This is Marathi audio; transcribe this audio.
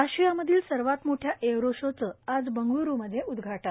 आशियामधील सर्वात मोठ्या एयर शोचं आज बंगळ्रूमध्ये उदघाटन